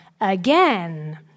again